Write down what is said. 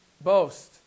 Boast